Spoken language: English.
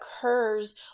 occurs